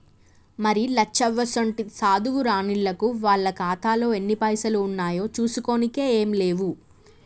మరి లచ్చవ్వసోంటి సాధువు రానిల్లకు వాళ్ల ఖాతాలో ఎన్ని పైసలు ఉన్నాయో చూసుకోనికే ఏం లేవు